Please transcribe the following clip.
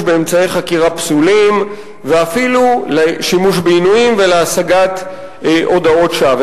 לשימוש באמצעי חקירה פסולים ואפילו לשימוש בעינויים ולהשגת הודאות שווא.